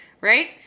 right